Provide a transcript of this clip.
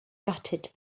gutted